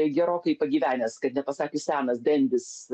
gerokai pagyvenęs kad nepasakius senas dendis